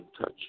touch